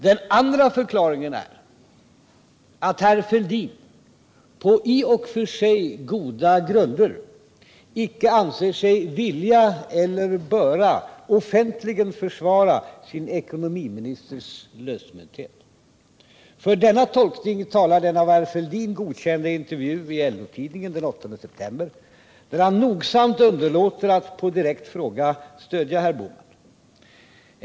Den andra förklaringen är att herr Fälldin på i och för sig goda grunder icke anser sig vilja eller böra offentligen försvara sin ekonomiministers lösmynthet. För denna tolkning talar den av herr Fälldin godkända intervjun i LO-tidningen den 8 september, där han nogsamt underlåter att på direkt fråga stödja herr Bohman.